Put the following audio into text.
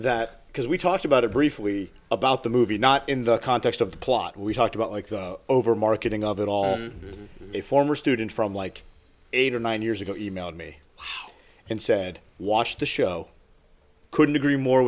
that because we talked about it briefly about the movie not in the context of the plot we talked about like the over marketing of it all a former student from like eight or nine years ago emailed me and said watch the show couldn't agree more